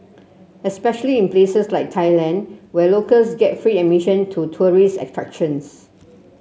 especially in places like Thailand where locals get free admission to tourist